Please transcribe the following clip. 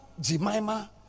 Jemima